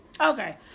Okay